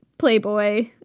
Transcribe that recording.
playboy